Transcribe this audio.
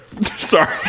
Sorry